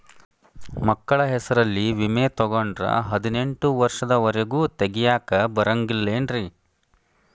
ಮಕ್ಕಳ ಹೆಸರಲ್ಲಿ ವಿಮೆ ತೊಗೊಂಡ್ರ ಹದಿನೆಂಟು ವರ್ಷದ ಒರೆಗೂ ತೆಗಿಯಾಕ ಬರಂಗಿಲ್ಲೇನ್ರಿ?